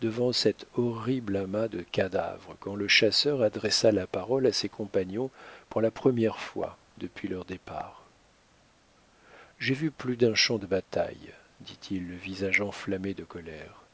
devant cet horrible amas de cadavres quand le chasseur adressa la parole à ses compagnons pour la première fois depuis leur départ j'ai vu plus d'un champ de bataille dit-il le visage enflammé de colère